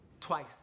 twice